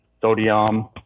sodium